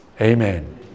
amen